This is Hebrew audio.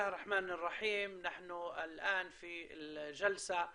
(אומר דברים בשפה הערבית